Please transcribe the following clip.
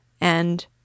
and—